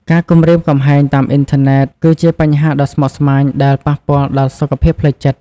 ការគំរាមកំហែងតាមអ៊ីនធឺណិតគឺជាបញ្ហាដ៏ស្មុគស្មាញដែលប៉ះពាល់ដល់សុខភាពផ្លូវចិត្ត។